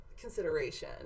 consideration